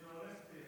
טרוריסטים.